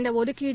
இந்தஒதுக்கீடு